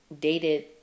dated